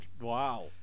Wow